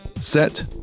Set